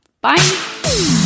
bye